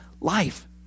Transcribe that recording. life